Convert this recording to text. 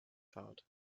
thought